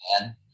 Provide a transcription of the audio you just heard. man